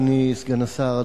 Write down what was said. אדוני סגן השר,